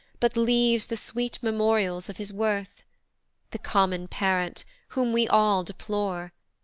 but leaves the sweet memorials of his worth the common parent, whom we all deplore,